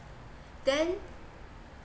then